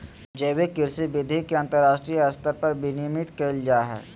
जैविक कृषि विधि के अंतरराष्ट्रीय स्तर पर विनियमित कैल जा हइ